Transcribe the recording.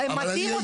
הם מטעים.